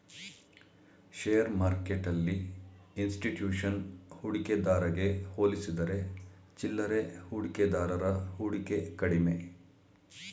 share ಮಾರ್ಕೆಟ್ಟೆಲ್ಲಿ institution ಹೂಡಿಕೆದಾರಗೆ ಹೋಲಿಸಿದರೆ ಚಿಲ್ಲರೆ ಹೂಡಿಕೆದಾರರ ಹೂಡಿಕೆ ಕಡಿಮೆ